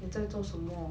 你在做什么